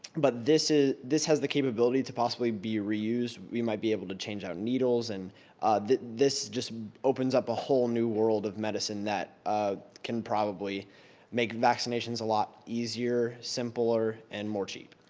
but this ah this has the capability to possibly be reused. we might be able to change out needles and this just opens up a whole new world of medicine that ah can probably make vaccinations a lot easier, simpler, and more cheap.